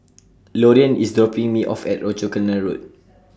Loriann IS dropping Me off At Rochor Canal Road